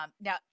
now